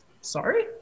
Sorry